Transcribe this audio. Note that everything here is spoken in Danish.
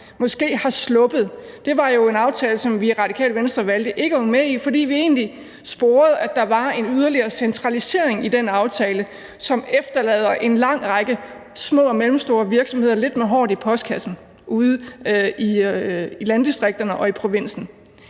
måske har sluppet. Det var jo en aftale, som vi i Radikale Venstre valgte ikke at være med i, fordi vi egentlig sporede, at der var en yderligere centralisering i den aftale, som efterlader en lang række små og mellemstore virksomheder lidt med håret i postkassen ude i landdistrikterne og i provinsen.